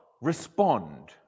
respond